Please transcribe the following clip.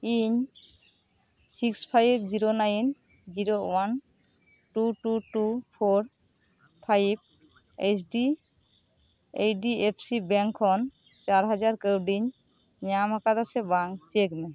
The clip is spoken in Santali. ᱤᱧ six five zero nine zero one two two two four five H D H D F C bank ᱠᱷᱚᱱ ᱪᱟᱨ ᱦᱟᱡᱟᱨ ᱠᱟᱹᱣᱰᱤᱧ ᱧᱟᱢ ᱟᱠᱟᱫᱟ ᱥᱮ ᱵᱟᱝ ᱪᱮᱠ ᱢᱮ